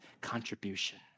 contribution